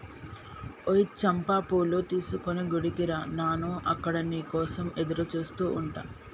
ఓయ్ చంపా పూలు తీసుకొని గుడికి రా నాను అక్కడ నీ కోసం ఎదురుచూస్తు ఉంటా